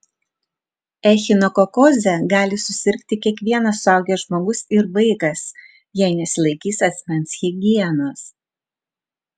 echinokokoze gali susirgti kiekvienas suaugęs žmogus ir vaikas jei nesilaikys asmens higienos